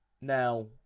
now